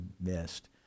missed